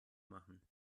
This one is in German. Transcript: machen